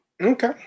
Okay